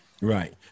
Right